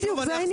בדיוק זה העניין.